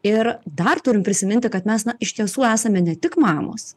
ir dar turim prisiminti kad mes na iš tiesų esame ne tik mamos